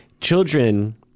children